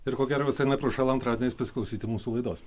ir ko gero visai neprošal antradieniais pasiklausyti mūsų laidos